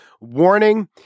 Warning